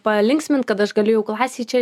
palinksmint kad aš galiu jau klasėje čia